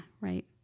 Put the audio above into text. right